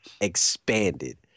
expanded